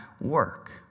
work